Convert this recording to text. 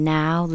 now